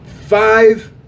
five